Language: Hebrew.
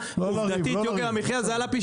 עובדתית ביוקר המחיה זה עלה פי